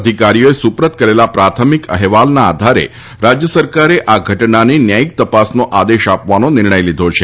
અધિકારીઓએ સુપરત કરેલા પ્રાથમિક અહેવાલના આધારે રાજ્ય સરકારે આ ઘટનાની ન્યાયિક તપાસનો આદેશ આપવાનો નિર્ણય લીધો છે